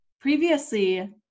previously